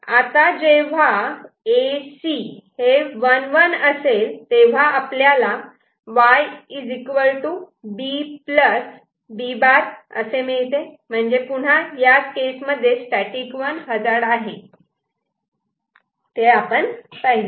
आता जेव्हा A C 1 1 असेल तेव्हा आपल्याला Y B B' असे मिळते म्हणजे या केस मध्ये स्टॅटिक 1 हजार्ड आहे ते आपण पाहिले